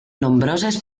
nombroses